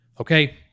okay